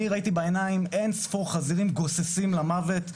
אני ראיתי בעיניים אינספור חזירים גוססים למוות,